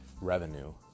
revenue